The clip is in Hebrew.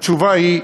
התשובה היא: